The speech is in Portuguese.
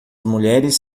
mulheres